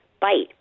bite